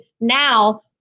now